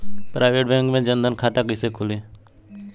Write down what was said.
Private bank मे जन धन खाता कैसे खुली?